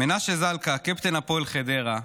מנשה זלקה, קפטן הפועל חדרה,